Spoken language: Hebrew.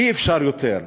אי-אפשר יותר.